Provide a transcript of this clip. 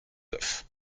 goff